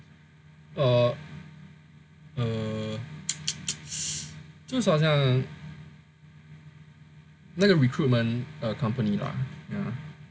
uh 就是好像那个 recruitment company lah ya